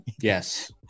Yes